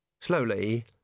Slowly